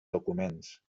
documents